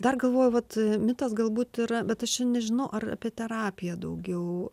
dar galvoju vat mitas galbūt yra bet aš čia nežinau ar apie terapiją daugiau